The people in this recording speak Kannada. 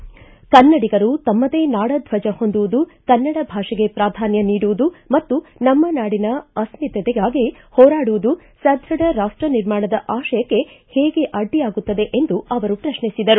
ಕನ್ನಡಿಗರು ತಮ್ಮದೇ ನಾಡ ರ್ಜಜ ಹೊಂದುವುದು ಕನ್ನಡ ಭಾಷೆಗೆ ಪ್ರಾಧಾನ್ಯ ನೀಡುವುದು ಮತ್ತು ನಮ್ಮ ನಾಡಿನ ಅಸ್ಥಿತೆಗಾಗಿ ಹೋರಾಡುವುದು ಸದ್ಯಢ ರಾಷ್ಟ ನಿರ್ಮಾಣದ ಆಶಯಕ್ಷೆ ಹೇಗೆ ಅಡ್ಡಿ ಆಗುತ್ತದೆ ಎಂದು ಅವರು ಪ್ರಶ್ನಿಸಿದರು